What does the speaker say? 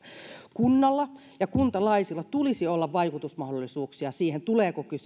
kunnalla ja kuntalaisilla tulisi olla vaikutusmahdollisuuksia siihen tuleeko